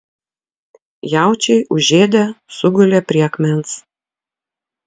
jaučiai užėdę sugulė prie akmens